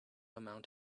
amount